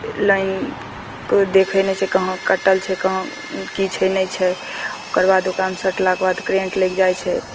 लाइनके देखय नहि छै कहाँ कटल छै कहाँ कि छै नहि छै ओकरबाद ओकरामे सटलाके बाद करेन्ट लागि जाइ छै